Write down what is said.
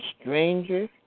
stranger